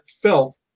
felt